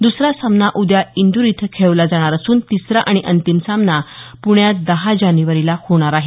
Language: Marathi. दुसरा सामना उद्या इदूर इथ खेळवला जाणार असून तिसरा आणि अंतिम सामना पुण्यात दहा जानेवारीला होणार आहे